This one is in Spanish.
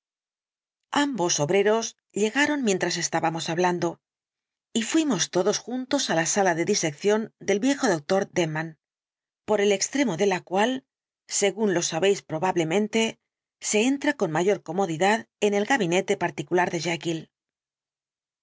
ambos obreros llegaron mientras estábamos hablando y fuimos todos juntos á la sala de disección del viejo doctor denman por el extremo de la cual según lo sabéis probablemente se entra con mayor comodidad en el gabinete particular de